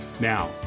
Now